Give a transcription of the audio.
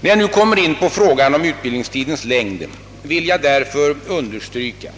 När jag nu kommer in på frågan om utbildningstidens längd vill jag därför understryka,